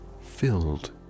filled